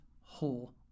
whole